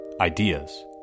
ideas